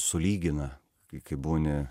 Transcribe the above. sulygina kai būni